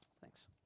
thanks